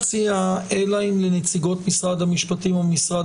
אלא אם נציגות משרד המשפטים או משרד